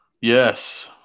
Yes